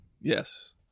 Yes